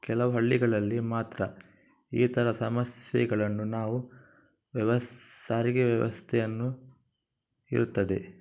ಕೆಲವು ಹಳ್ಳಿಗಳಲ್ಲಿ ಮಾತ್ರ ಈ ಥರ ಸಮಸ್ಯೆಗಳನ್ನು ನಾವು ವ್ಯವ ಸಾರಿಗೆ ವ್ಯವಸ್ಥೆಯನ್ನು ಇರುತ್ತದೆ